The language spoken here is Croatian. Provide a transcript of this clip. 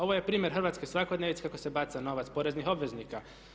Ovo je primjer hrvatske svakodnevnice kako se baca novac poreznih obveznika.